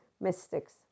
mystics